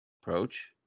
Approach